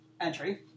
entry